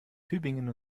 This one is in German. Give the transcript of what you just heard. tübingen